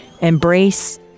embrace